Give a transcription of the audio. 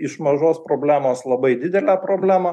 iš mažos problemos labai didelę problemą